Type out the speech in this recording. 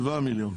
7 מיליון.